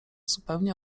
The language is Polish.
zupełnie